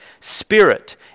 Spirit